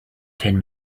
ten